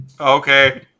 Okay